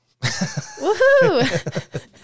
Woohoo